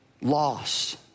loss